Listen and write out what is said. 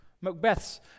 Macbeth's